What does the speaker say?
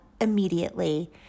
immediately